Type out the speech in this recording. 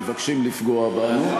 שמבקשים לפגוע בנו.